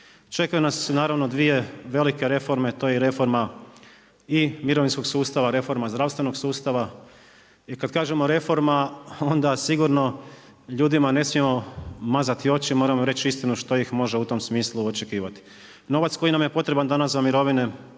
Čekaju nas naravno dvije velike reforme to je reforma i mirovinskog sustava, reforma zdravstvenog sustava. I kad kažemo reforma onda sigurno ljudima ne smijemo mazati oči, moramo im reći istinu što ih može u tom smislu očekivati. Novac koji nam je potreban danas za mirovine,